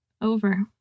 over